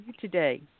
today